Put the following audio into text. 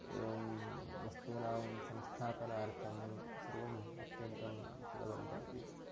एवं वस्तूनां संस्थापनार्थं सर्वम् अत्यन्तं सुलभं भवति